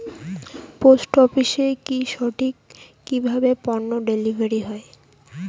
Post অফিসে কি সঠিক কিভাবে পন্য ডেলিভারি হয়?